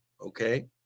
Okay